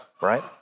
right